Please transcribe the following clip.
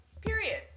period